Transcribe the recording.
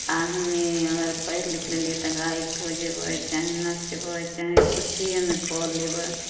आहाँमे अगर पैढ़ि लिख लेलियै तऽ गायक भऽ जेबै चाहे नचबै चाहे किछु भी हम्मे कऽ लेबै